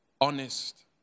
honest